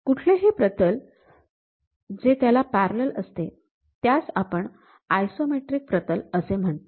कुठलेही प्रतल जे त्याला पॅरलल असते त्यास आपण आयसोमेट्रिक प्रतल असे म्हणतो